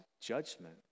judgment